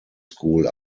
school